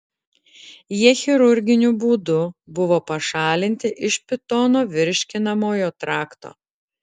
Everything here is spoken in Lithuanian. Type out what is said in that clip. jie chirurginiu būdu buvo pašalinti iš pitono virškinamojo trakto